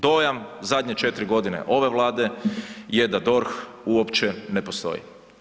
Dojam zadnje četiri godine ove Vlade je da DORH uopće ne postoji.